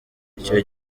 icyo